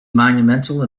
monumental